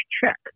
check